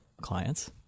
clients